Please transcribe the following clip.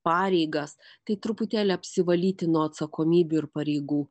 pareigas tai truputėlį apsivalyti nuo atsakomybių ir pareigų